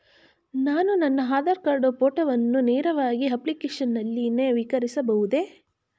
ನಾನು ನನ್ನ ಆಧಾರ್ ಕಾರ್ಡ್ ಫೋಟೋವನ್ನು ನೇರವಾಗಿ ಅಪ್ಲಿಕೇಶನ್ ನಲ್ಲಿ ನವೀಕರಿಸಬಹುದೇ?